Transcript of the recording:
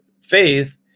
faith